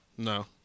No